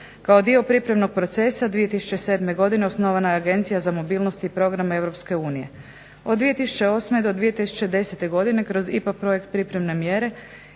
Kao dio pripremnog procesa 2007. osnovana je Agencija za mobilnost i programe EU. Od 2008. do 2010. godine kroz IPA projekt Pripremne mjere